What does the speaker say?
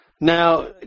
Now